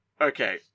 Okay